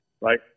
right